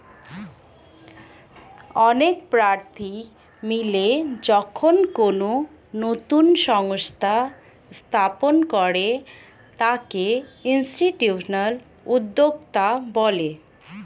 অনেক প্রার্থী মিলে যখন কোনো নতুন সংস্থা স্থাপন করে তাকে ইনস্টিটিউশনাল উদ্যোক্তা বলে